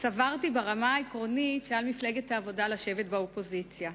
סברתי ברמה העקרונית שעל מפלגת העבודה לשבת באופוזיציה.